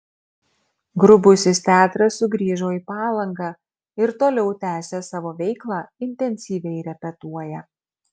grubusis teatras sugrįžo į palangą ir toliau tęsią savo veiklą intensyviai repetuoja